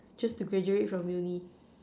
just to graduate from uni